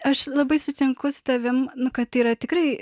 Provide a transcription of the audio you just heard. aš labai sutinku su tavim nu kad tai yra tikrai